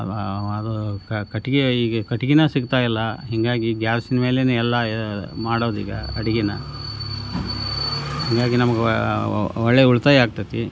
ಅದು ಕ ಕಟ್ಗೆ ಈಗ ಕಟ್ಗೆನೇ ಸಿಗ್ತಾ ಇಲ್ಲ ಹೀಗಾಗಿ ಗ್ಯಾಸಿನ ಮೇಲೆಯೇ ಎಲ್ಲ ಮಾಡೋದು ಈಗ ಅಡ್ಗೇನ ಹಾಗಾಗಿ ನಮ್ಗೆ ಒಳ್ಳೆಯ ಉಳಿತಾಯ ಆಗ್ತತಿ